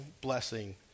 blessing